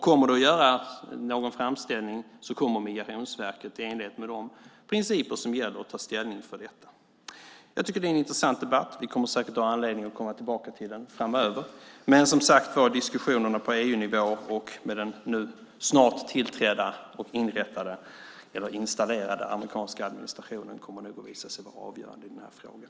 Kommer det att göras någon framställning kommer Migrationsverket i enlighet med de principer som gäller att ta ställning för detta. Jag tycker att det är en intressant debatt. Vi kommer säkert att ha anledning att komma tillbaka till den framöver. Men, som sagt, diskussionerna på EU-nivå och med den nu snart tillträdda och installerade amerikanska administrationen kommer nog att visa sig vara avgörande i den här frågan.